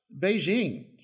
Beijing